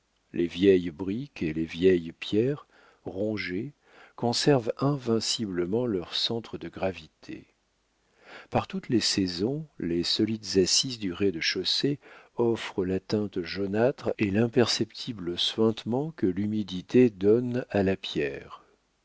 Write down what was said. les vieilles briques et les vieilles pierres rongées conservent invinciblement leur centre de gravité par toutes les saisons les solides assises du rez-de-chaussée offrent la teinte jaunâtre et l'imperceptible suintement que l'humidité donne à la pierre